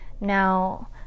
Now